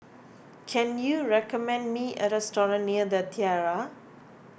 can you recommend me a restaurant near the Tiara